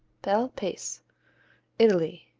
bel paese italy